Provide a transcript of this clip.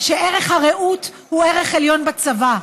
שערך הרעות הוא ערך עליון בצבא,